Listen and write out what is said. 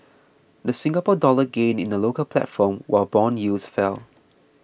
the Singapore Dollar gained in the local platform while bond yields fell